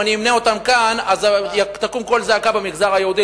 אמנה אותן כאן יקום קול זעקה במגזר היהודי,